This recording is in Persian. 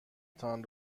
تان